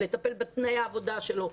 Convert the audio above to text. לטפל בתנאי העבודה שלו,